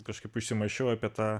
kažkaip užsimąsčiau apie tą